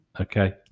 Okay